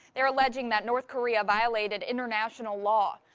they're alleging that north korea violated international law.